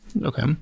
Okay